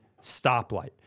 stoplight